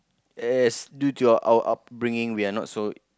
as due to our our upbringing we are not so